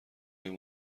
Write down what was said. این